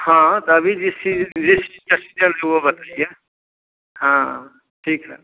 हाँ तभी जिस चीज़ जिस चीज़ का सीजन हो वह बताइए हाँ ठीक है